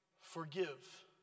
forgive